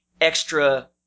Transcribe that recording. extra